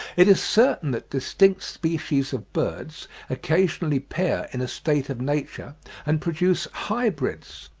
it is certain that distinct species of birds occasionally pair in a state of nature and produce hybrids.